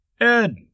Ed